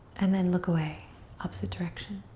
and then look away opposite direction.